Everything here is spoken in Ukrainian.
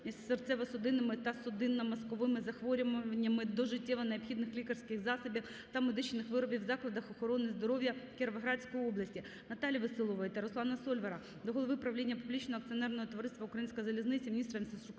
серцево-судинними та судинно-мозковими захворюваннями до життєво-необхідних лікарських засобів та медичних виробів в закладах охорони здоров'я Кіровоградської області. Наталії Веселової та Руслана Сольвара до голови правління публічного акціонерного товариства "Українська залізниця", міністра інфраструктури